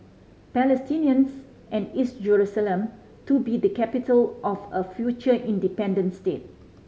Palestinians and East Jerusalem to be the capital of a future independent state